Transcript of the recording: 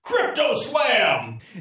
CryptoSlam